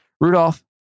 Rudolph